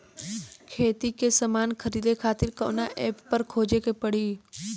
खेती के समान खरीदे खातिर कवना ऐपपर खोजे के पड़ी?